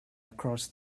across